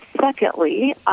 Secondly